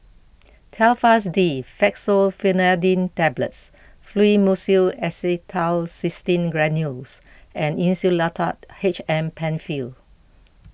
Telfast D Fexofenadine Tablets Fluimucil Acetylcysteine Granules and Insulatard H M Penfill